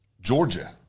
Georgia